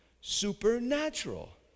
supernatural